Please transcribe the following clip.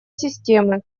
системы